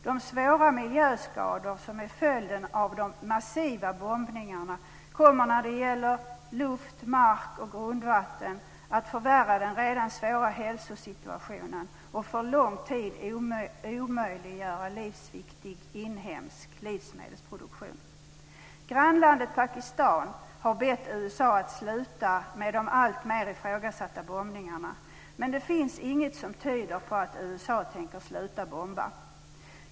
De svåra miljöskador som är följden av de massiva bombningarna kommer att, när det gäller luft mark och grundvatten, förvärra den redan svåra hälsosituationen och för lång tid omöjliggöra livsviktig, inhemsk livsmedelsproduktion. Grannlandet Pakistan har bett USA att sluta med de alltmer ifrågasatta bombningarna, men det finns inget som tyder på att USA tänker sluta bomba.